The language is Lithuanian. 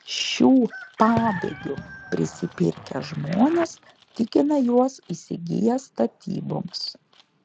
šių pabėgių prisipirkę žmonės tikina juos įsigiję statyboms